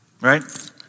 Right